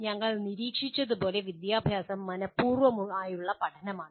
ഞങ്ങൾ നിരീക്ഷിച്ചതുപോലെ വിദ്യാഭ്യാസം മനഃപ്പൂർവമുള്ള പഠനമാണ്